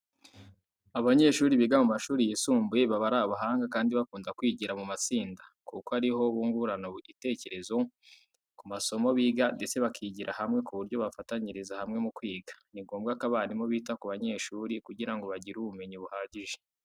Abanyeshuri biga mu mashuri yisumbuye baba ari abahanga kandi bakunda kwigira mu matsinda, kuko ari ho bungurana ibitekerezo ku masomo biga ndetse bakigira hamwe n'uburyo bafatanyiriza hamwe mu kwiga. Ni ngombwa ko abarimu bita ku banyeshuri kugira ngo bagire ubumenyi buhagije.